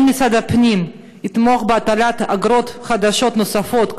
האם משרד הפנים יתמוך בהטלת אגרות חדשות נוספות,